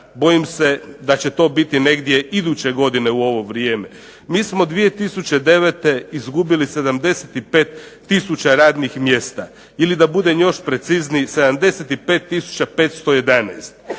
bojim se da će to biti negdje iduće godine u ovo vrijeme. Mi smo 2009. izgubili 75 tisuća radnih mjesta ili da budem još precizniji,